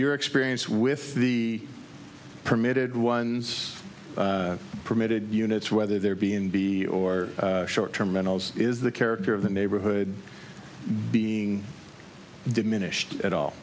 your experience with the permitted ones permitted units whether they're be in be or short term mentally is the character of the neighborhood being diminished